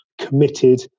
committed